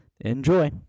Enjoy